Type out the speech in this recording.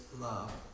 love